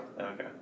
Okay